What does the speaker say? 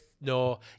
No